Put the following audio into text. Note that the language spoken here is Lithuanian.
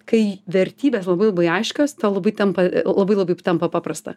kai vertybės labai labai aiškios labai tampa labai labai tampa paprasta